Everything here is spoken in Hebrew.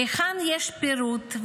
היכן יש פירוט?